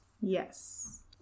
Yes